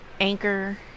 Anchor